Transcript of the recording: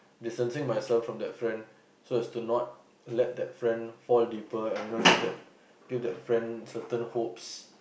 distancing myself from that friend so as to not let that friend fall deeper and you know give that give that friend certain hopes